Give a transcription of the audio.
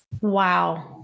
Wow